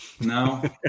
No